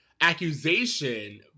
accusation